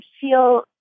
feel